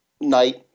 night